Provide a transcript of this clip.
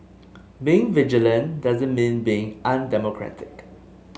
being vigilant doesn't mean being undemocratic